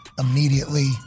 immediately